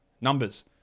numbers